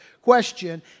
question